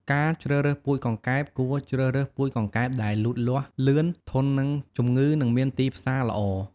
ការជ្រើសរើសពូជកង្កែប គួរជ្រើសរើសពូជកង្កែបដែលលូតលាស់លឿន ធន់នឹងជំងឺ និងមានទីផ្សារល្អ។